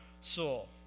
soul